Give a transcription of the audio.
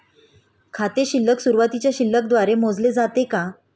खाते शिल्लक सुरुवातीच्या शिल्लक द्वारे मोजले जाते का?